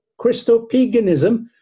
Christopaganism